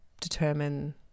determine